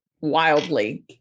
wildly